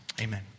Amen